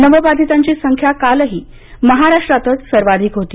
नवबाधीतांची संख्या कालही महाराष्ट्रातच सर्वाधिक होती